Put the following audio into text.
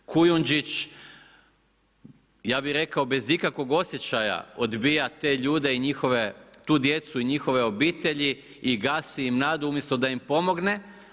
Kujundžić, ja bih rekao bez ikakvog osjećaja odbija te ljude i njihove, tu djecu i njihove obitelji i gasi im nadu umjesto da im pomogne.